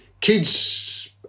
kids